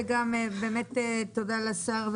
באמת תודה לשר,